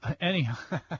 Anyhow